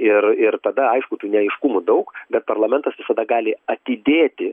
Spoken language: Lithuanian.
ir ir tada aišku tų neaiškumų daug bet parlamentas visada gali atidėti